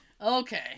Okay